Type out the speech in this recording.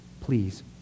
Please